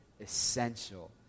essential